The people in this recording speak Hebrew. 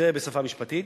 זה בשפה משפטית.